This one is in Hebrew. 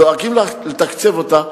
דואגים לתקצב אותה,